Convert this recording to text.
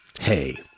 Hey